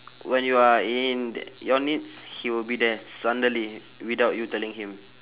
when you are in your needs he will be there suddenly without you telling him